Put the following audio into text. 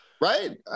right